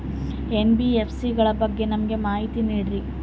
NBFC ಗಳ ಬಗ್ಗೆ ನಮಗೆ ಮಾಹಿತಿಗಳನ್ನ ನೀಡ್ರಿ?